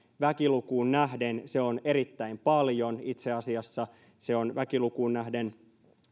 väkilukuun nähden se on erittäin paljon itse asiassa se on väkilukuun nähden